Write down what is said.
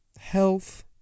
Health